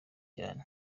cyane